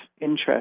interest